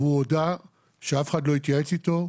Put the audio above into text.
והוא הודה שאף אחד לא התייעץ איתו,